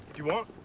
you want.